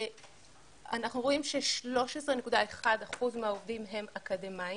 אנחנו רואים ש-13.1% מהעובדים יוצאי אתיופיה הם אקדמאים.